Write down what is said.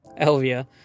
Elvia